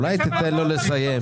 אולי תיתן לו לסיים?